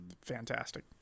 fantastic